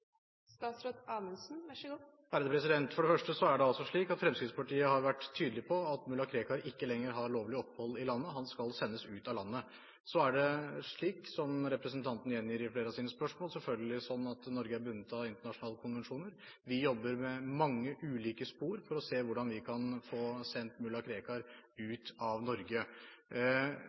For det første har Fremskrittspartiet vært tydelig på at mulla Krekar ikke lenger har lovlig opphold i landet, han skal sendes ut av landet. Så er det selvfølgelig sånn, som representanten gjentar i flere av sine spørsmål, at Norge er bundet av internasjonale konvensjoner. Vi jobber med mange ulike spor for å se hvordan vi kan få sendt mulla Krekar ut av Norge.